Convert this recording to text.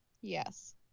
Yes